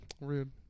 Rude